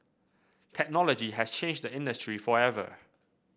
technology has changed the industry forever